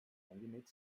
eingenäht